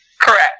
Correct